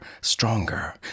stronger